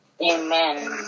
Amen